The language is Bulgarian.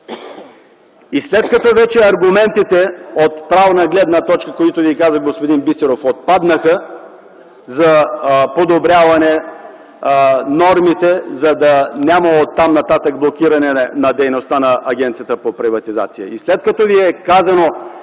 След като вече аргументите от правна гледна точка, които каза господин Бисеров, отпаднаха за подобряване нормите, за да няма оттам нататък блокиране на дейността на Агенцията по приватизация